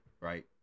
right